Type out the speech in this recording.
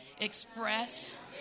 express